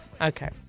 Okay